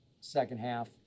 second-half